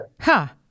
Ha